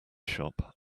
shop